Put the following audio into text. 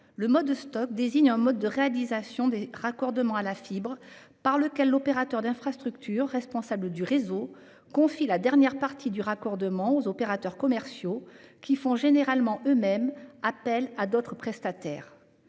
expression désigne un mode de réalisation des raccordements à la fibre par lequel l'opérateur d'infrastructure, responsable du réseau, confie la dernière partie du raccordement aux opérateurs commerciaux, qui font généralement eux-mêmes appel à d'autres prestataires.